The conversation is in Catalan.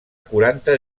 quaranta